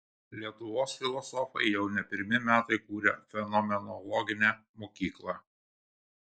lietuvos filosofai jau ne pirmi metai kuria fenomenologinę mokyklą